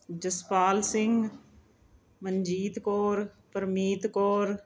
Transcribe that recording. Jaspal Singh Manjeet Kaur Parmeet Kaur